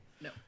No